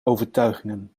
overtuigingen